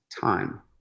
time